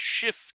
shift